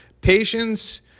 patience